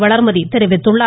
வளர்மதி தெரிவித்துள்ளார்